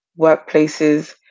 workplaces